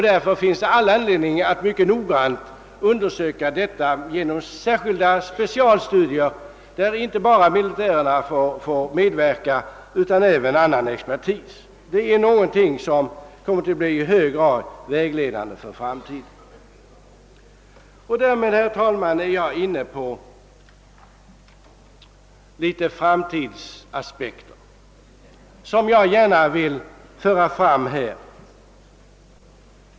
Därför finns det anledning att mycket noggrant undersöka dessa frågor genom specialstudier i vilka inte bara militärerna får medverka utan även annan expertis. Dylika utredningar kommer att bli i hög grad vägledande för framtiden. Därmed, herr talman, är jag inne på en del framtidsaspekter som jag gärna vill anlägga.